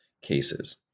cases